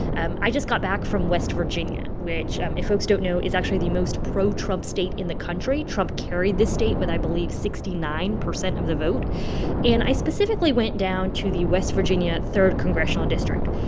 and i just got back from west virginia, which um folks don't know is actually the most pro-trump state in the country. trump carried this state with, i believe, sixty nine percent of the vote and i specifically went down to the west virginia third congressional district.